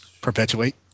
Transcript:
Perpetuate